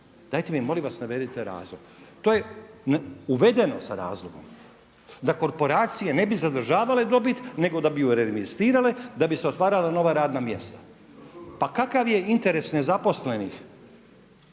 Dajte mi molim vas navedite razlog? To je uvedeno sa razlogom da korporacije ne bi zadržavale dobit nego da bi ju … da bi se otvarala nova radna mjesta. Pa kakav je interes nezaposlenih